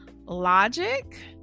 logic